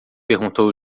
perguntou